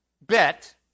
bet